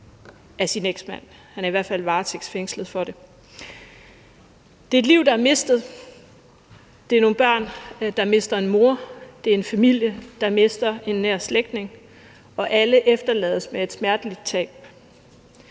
Det er et liv, der er mistet, det er nogle børn, der mister en mor, det er en familie, der mister en nær slægtning, og alle efterlades med et smerteligt tab.